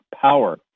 Power